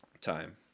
time